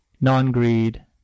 non-greed